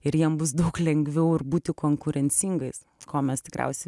ir jiem bus daug lengviau ir būti konkurencingais ko mes tikriausiai